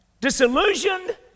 disillusioned